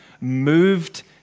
moved